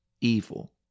evil